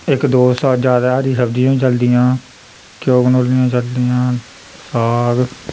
इक दो सा ज्यादा हरी सब्जियांं बी चलदियां घ्यो कंडोलियां चलदियां साग